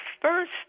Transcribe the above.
first